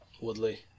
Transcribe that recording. Woodley